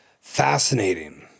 Fascinating